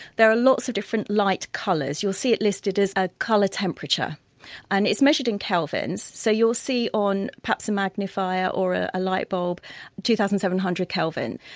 there are lots of different light colours, you'll see it listed as a colour temperature and it's measured in kelvins, so you'll see on perhaps a magnifier or ah a lightbulb two thousand seven hundred kelvin,